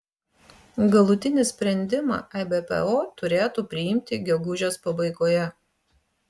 galutinį sprendimą ebpo turėtų priimti gegužės pabaigoje